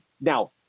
Now